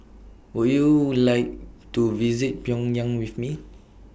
Would YOU like to visit Pyongyang with Me